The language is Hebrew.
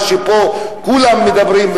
מה שפה כולם מדברים,